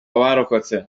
abarokotse